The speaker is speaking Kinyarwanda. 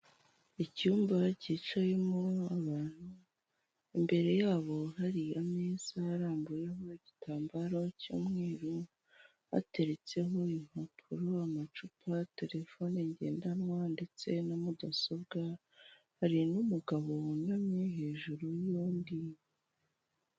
Icyumba cyicayemo abantu, imbere yabo hariya ameza arambuyeho igitambaro cy'umweru, bateretseho impapuro, amacupa, terefone ngendanwa ndetse na mudasobwa, hari n'umugabo wunamye hejuru y'undi.